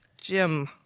Jim